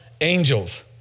angels